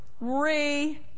re